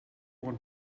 want